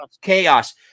Chaos